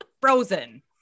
frozen